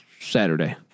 Saturday